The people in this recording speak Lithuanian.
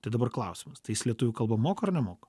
tai dabar klausimas tai jis lietuvių kalbą moka ar nemoka